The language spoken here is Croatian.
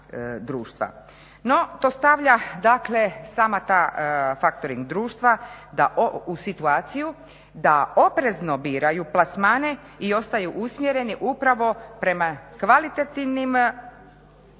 No to stavlja dakle sama ta factoring društva u situaciju da oprezno biraju plasmane i ostaju usmjereni upravo prema kvalitativnim